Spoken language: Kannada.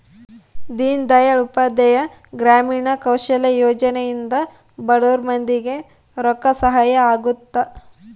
ದೀನ್ ದಯಾಳ್ ಉಪಾಧ್ಯಾಯ ಗ್ರಾಮೀಣ ಕೌಶಲ್ಯ ಯೋಜನೆ ಇಂದ ಬಡುರ್ ಮಂದಿ ಗೆ ರೊಕ್ಕ ಸಹಾಯ ಅಗುತ್ತ